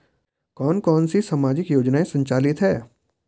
कौन कौनसी सामाजिक योजनाएँ संचालित है?